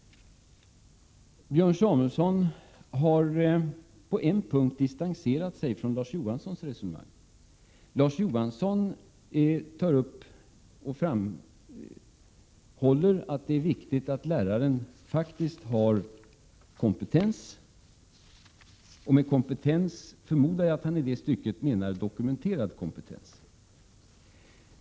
Björn Samuelson har på en punkt distanserat sig från Larz Johanssons resonemang. Larz Johansson framhåller att det är viktigt att läraren faktiskt har kompetens — jag förmodar att han menar dokumenterad kompetens.